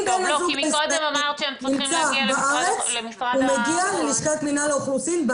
אם בן הזוג נמצא בארץ הוא מגיע ללשכת מינהל האוכלוסין.